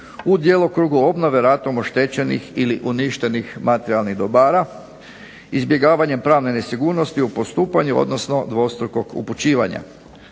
u djelokrugu obnove ratom oštećenih ili uništenih materijalnih dobara, izbjegavanjem pravne nesigurnosti u postupanju, odnosno dvostrukog upućivanja.